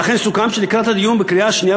ולכן סוכם שלקראת הדיון בקריאה השנייה